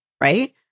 right